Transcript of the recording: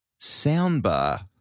soundbar